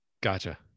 Gotcha